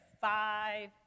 five